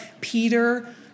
Peter